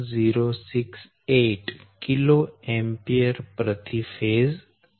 1068 kAફેઝ થાય